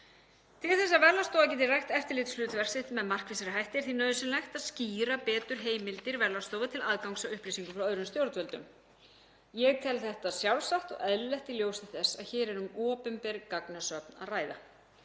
Til að Verðlagsstofa geti rækt eftirlitshlutverk sitt með markvissari hætti er því nauðsynlegt að skýra betur heimildir Verðlagsstofu til aðgangs að upplýsingum frá öðrum stjórnvöldum. Ég tel þetta sjálfsagt og eðlilegt í ljósi þess að hér er um opinber gagnasöfn að ræða.